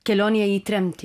kelionėje į tremtį